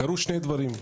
קרו שני דברים,